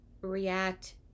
react